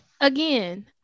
again